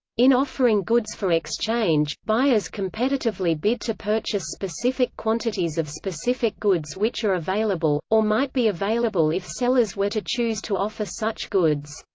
in offering goods for exchange, buyers competitively bid to purchase specific quantities of specific goods which are available, or might be available if sellers were to choose to offer such goods.